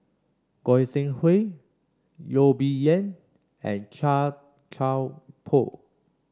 Goi Seng Hui Yo Bee Yen and Chia Thye Poh